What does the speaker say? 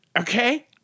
Okay